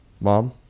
Mom